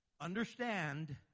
Understand